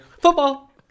football